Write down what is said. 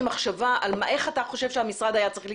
מחשבה על איך אתה חושב שהמשרד היה צריך להתנהל.